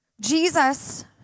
Jesus